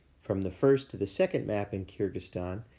from the first to the second map in kyrgyzstan,